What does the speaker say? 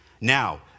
Now